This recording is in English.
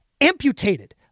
amputated